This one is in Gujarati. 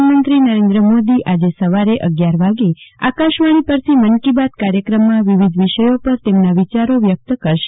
પ્રધાનમંત્રી નરેન્દ્ર મોદી આજે સવારે અગિયાર વાગે આકાશવાણી પરથી મન કી બાત કાર્ચક્રમમાં વિવિધ વિષયો ઉપર તેમના વિચારો વ્યક્ત કરશે